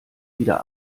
wieder